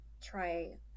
try